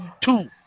Two